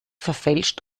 verfälscht